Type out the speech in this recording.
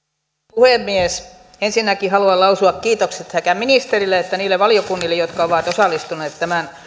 puhemies ensinnäkin haluan lausua kiitokset sekä ministerille että niille valiokunnille jotka ovat osallistuneet tämän